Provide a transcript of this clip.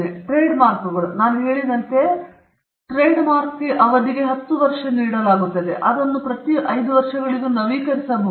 ಟ್ರೇಡ್ಮಾರ್ಕ್ಗಳು ನಾನು ಹೇಳಿದಂತೆ ಅವಧಿಗೆ ಟ್ರೇಡ್ಮಾರ್ಕ್ಗಳನ್ನು 10 ವರ್ಷಗಳವರೆಗೆ ನೀಡಲಾಗುತ್ತದೆ ಅದನ್ನು ಪ್ರತಿ 5 ವರ್ಷಗಳಿಗೂ ನವೀಕರಿಸಬಹುದು